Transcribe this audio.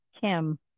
Kim